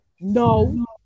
No